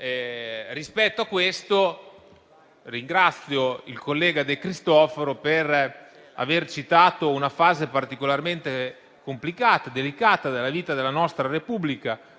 Rispetto a questo, ringrazio il collega De Cristofaro per aver citato una fase particolarmente complicata e delicata della vita della nostra Repubblica,